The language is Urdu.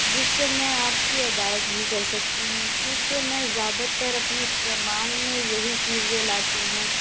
جس سے میں آپ کی ادائیگی کر سکتی ہوں کیونکہ میں زیادہ تر اپنے استعمال میں یہی چیزیں لاتی ہوں